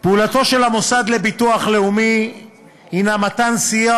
פעולתו של המוסד לביטוח לאומי הנה מתן סיוע